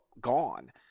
gone